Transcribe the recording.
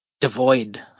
devoid